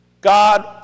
God